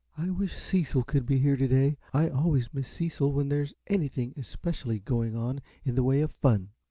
i wish cecil could be here to-day. i always miss cecil when there's anything especial going on in the way of fun.